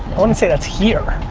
wanna say that's here.